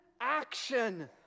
action